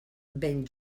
ben